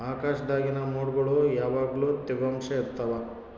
ಆಕಾಶ್ದಾಗಿನ ಮೊಡ್ಗುಳು ಯಾವಗ್ಲು ತ್ಯವಾಂಶ ಇರ್ತವ